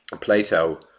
Plato